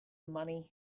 money